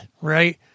right